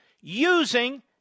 using